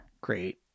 great